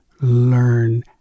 learn